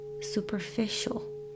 superficial